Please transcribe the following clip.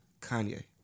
Kanye